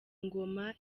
ngoma